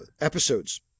episodes